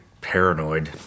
paranoid